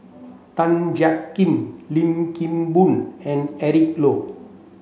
Tan Jiak Kim Lim Kim Boon and Eric Low